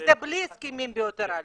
וזה בלי הסכמים בי-לטראליים?